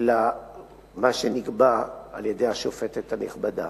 למה שנקבע על-ידי השופטת הנכבדה.